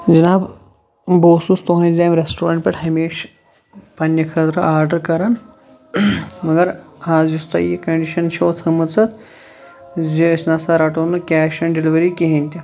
جِناب بہٕ اوسُس تُہِنٛزِ امہِ ریٚسٹورنٛٹ پیٹھٕ ہَمیشہ پَننہِ خٲطرٕ آرڈَر کَران مَگَر آز یُس تۄہہِ یہِ کَنٛڈِشَن چھو تھٲمٕژ زِ أسۍ نَسا رَٹَو نہٕ کیش آن ڈیٚلِوری کِہِیٖنۍ تہِ